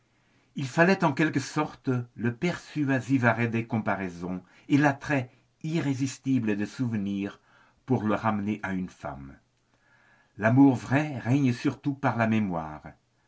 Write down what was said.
il fallait en quelque sorte le persuasif arrêt des comparaisons et l'attrait irrésistible des souvenirs pour le ramener à une femme l'amour vrai règne surtout par la mémoire